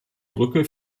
brücke